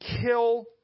kill